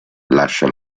lascia